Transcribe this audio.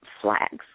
flags